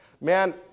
man